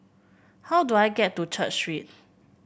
how do I get to Church Street